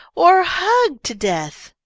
or hugged to death!